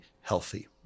healthy